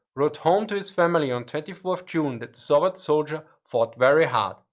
wrote home to his family on twenty four june that the soviet soldier fought very hard.